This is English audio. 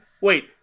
Wait